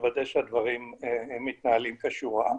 לוודא שהדברים מתנהלים כשורה.